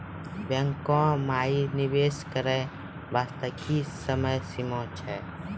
बैंको माई निवेश करे बास्ते की समय सीमा छै?